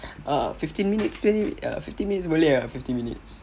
ah fifteen minutes twenty fifteen minutes boleh ah fifteen minutes